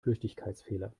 flüchtigkeitsfehler